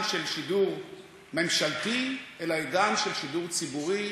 של שידור ממשלתי אל העידן של שידור ציבורי,